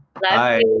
Bye